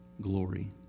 glory